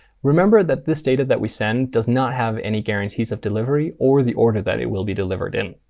remember that this data that we send does not have any guarantees of delivery or the order that it will be delivered in.